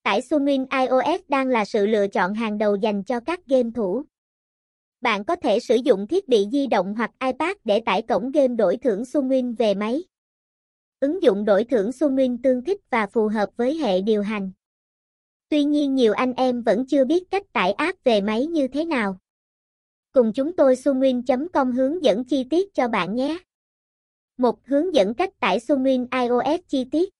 Tải Sunwin iOS, đang là sự lựa chọn hàng đầu dành cho các game thủ. Bạn có thể sử dụng thiết bị di động hoặc iPad để tải cổng game đổi thưởng Sunwin về máy. Ứng dụng đổi thưởng Sunwin tương thích và phù hợp với hệ điều hành. Tuy nhiên nhiều anh em vẫn chưa biết cách tải app về máy như thế nào. Cùng chúng tôi sunwin.com hướng dẫn chi tiết cho bạn nhé. Một hướng dẫn cách tải Sunwin iOS chi tiết.